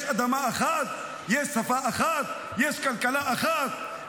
יש אדמה אחת, יש שפה אחת, יש כלכלה אחת?